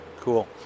Cool